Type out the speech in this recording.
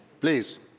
Please